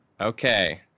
Okay